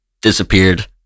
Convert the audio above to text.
disappeared